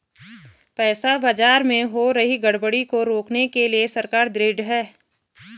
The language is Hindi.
पैसा बाजार में हो रही गड़बड़ी को रोकने के लिए सरकार ढृढ़ है